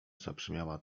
zabrzmiała